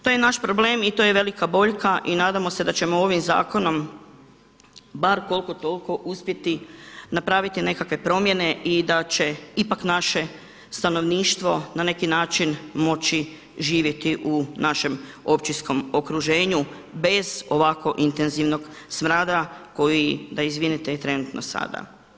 To je naš problem i to je velika boljka i nadamo se da ćemo ovim zakonom bar koliko toliko uspjeti napraviti nekakve promjene i da će ipak naše stanovništvo na neki način moći živjeti u našem općinskom okruženju bez ovakvo intenzivnog smrada koji je da izvinete, trenutno sada.